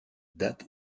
date